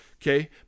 Okay